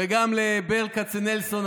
וגם לברל כצנלסון.